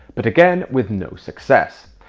but again, with no success,